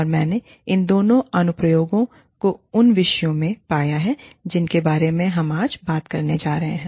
और मैंने इन दोनों के अनु प्रयोगों को उन विषयों में पाया जिनके बारे में हम आज बात करने जा रहे हैं